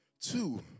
Two